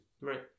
Right